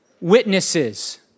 witnesses